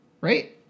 Right